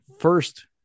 first